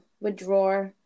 withdraw